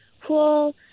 pool